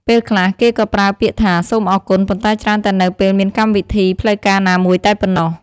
ពេលខ្លះ គេក៏ប្រើពាក្យថា សូមអរគុណ ប៉ុន្តែច្រើនតែនៅពេលមានកម្មវិធីផ្លូវការណាមួយតែប៉ុណ្ណោះ។